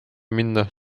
minna